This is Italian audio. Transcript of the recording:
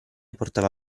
portava